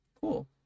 cool